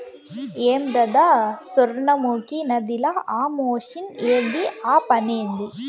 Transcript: ఏందద సొర్ణముఖి నదిల ఆ మెషిన్ ఏంది ఆ పనేంది